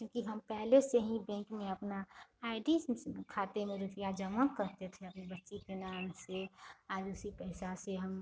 क्योंकि हम पहले से ही बेंक में अपना आई डी से इसमें खाते में रुपिया जमा करते थे अपनी बच्ची के नाम से और उसी पैसा से हम